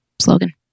slogan